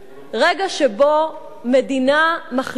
רגע שבו מדינה מחליטה